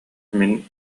мин